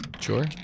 Sure